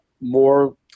more